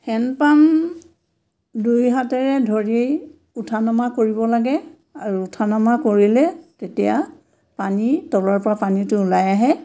hand pump দুই হাতেৰে ধৰি উঠা নমা কৰিব লাগে আৰু উঠা নমা কৰিলে তেতিয়া পানী তলৰ পৰা পানীটো ওলাই আহে